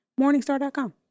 Morningstar.com